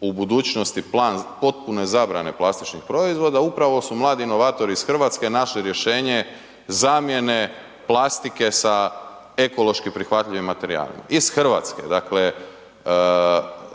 u budućnosti plan potpune zabrane plastičnih proizvoda, upravo su mladi inovatori iz Hrvatske našli rješenje zamjene plastike sa ekološki prihvatljivim materijalima. Iz Hrvatske, dakle